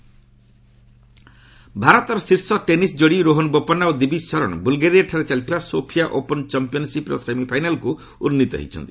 Sofia Open ଭାରତର ଶୀର୍ଷ tennis ଯୋଡ଼ି ରୋହନ ବୋପାନ୍ନା ଓ ଦିବିଜ୍ ଶରଣ ବୁଲ୍ଗେରିଆଠାରେ ଚାଲିଥିବା ସୋଫିଆ ଓପନ୍ ଚମ୍ପିୟନ୍ସିପ୍ର ସେମିଫାଇନାଲ୍କୁ ଉନ୍ନୀତ ହୋଇଛନ୍ତି